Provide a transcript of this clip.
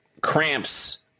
cramps